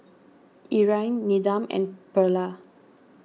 Irine Needham and Pearla